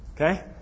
Okay